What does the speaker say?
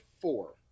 four